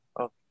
Okay